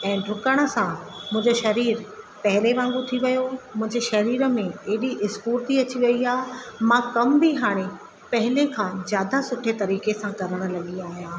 ऐं ॾुकण सां मुंहिंजो शरीर पहिले वांगुरु थी वियो मुंहिंजे शरीर में एडी स्फुर्ती अची वई आहे मां कम बि हाणे पहिले खां ज्यादा सुठे तरीक़े सां करणु लॻी आहियां